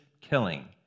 killing